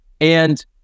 And-